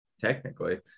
Technically